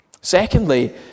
Secondly